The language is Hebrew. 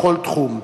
בכל תחום,